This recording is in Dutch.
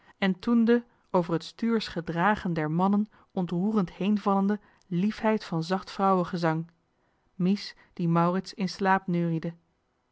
en toen de over het stuursch gedragen der mannen ontroerend heenvallende liefheid van zacht vrouwegezang mies die maurits in slaap neuriede